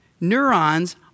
neurons